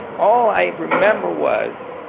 all i remember was